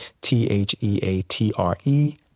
T-H-E-A-T-R-E